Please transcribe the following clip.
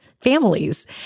families